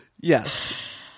Yes